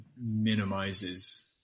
minimizes